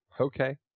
Okay